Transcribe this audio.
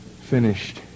finished